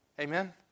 Amen